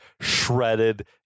shredded